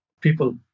people